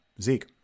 Zeke